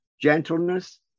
Gentleness